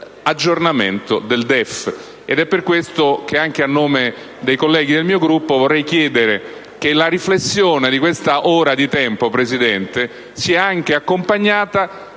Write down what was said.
per votare sull'aggiornamento del DEF. È per questo che, anche a nome dei colleghi del mio Gruppo, vorrei chiedere che la riflessione di questa ora di tempo, Presidente, sia accompagnata